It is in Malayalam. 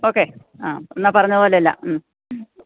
ഓക്കെ ആ എന്നാൽ പറഞ്ഞ പോലെ എല്ലാം മ്